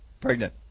pregnant